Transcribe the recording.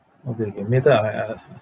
okay okay later I I uh uh